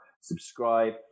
subscribe